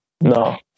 No